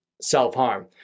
self-harm